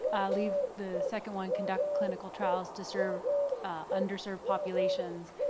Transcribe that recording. leave the second one, conduct clinical trials to serve underserved populations,